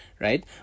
right